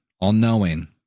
All-knowing